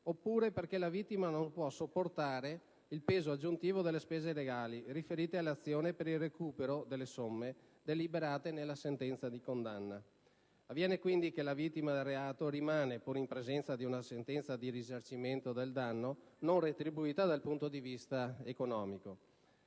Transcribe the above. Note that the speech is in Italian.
oppure perché la vittima non può sopportare il peso aggiuntivo delle spese legali riferite all'azione per il recupero delle somme deliberate nella sentenza di condanna. Avviene quindi che la vittima del reato rimanga, pur in presenza di una sentenza di risarcimento del danno, non retribuita dal punto di vista economico.